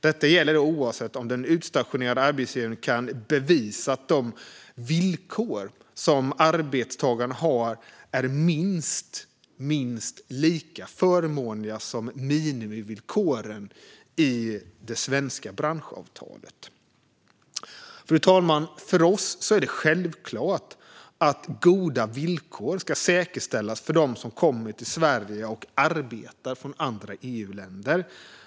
Detta gäller oavsett om den utstationerande arbetsgivaren kan bevisa att de villkor som arbetstagarna har är minst lika förmånliga som minimivillkoren i det svenska branschavtalet. Fru talman! För oss är det självklart att goda villkor ska säkerställas för dem som kommer från andra EU-länder till Sverige för att arbeta.